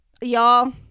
Y'all